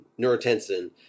neurotensin